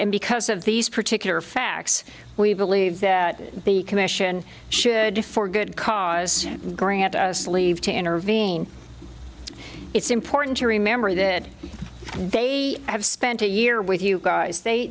and because of these particular facts we believe that the commission should be for good cause to grant us leave to intervene it's important to remember that they have spent a year with you guys they